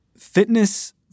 Fitness